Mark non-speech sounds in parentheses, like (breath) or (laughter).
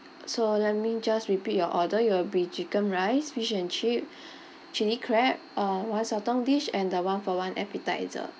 so let me just repeat your order you will be chicken rice fish and chip (breath) chilli crab uh one sotong dish and the one for one appetiser